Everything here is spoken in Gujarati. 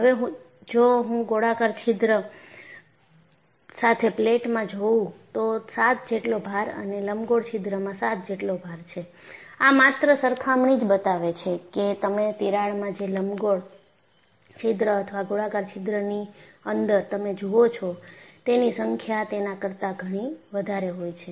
હવે જો હું ગોળાકાર છિદ્ર સાથે પ્લેટમાં જોવું તો 7 જેટલો ભાર અને લંબગોળ છિદ્રમાં 7 જેટલા ભાર છે આ માત્ર સરખામણી જ બતાવે છે કે તમે તિરાડમાં જે લંબગોળ છિદ્ર અથવા ગોળાકાર છિદ્ર ની અંદર તમે જુઓ છો તેની સંખ્યા તેના કરતાં ઘણી વધારે હોય છે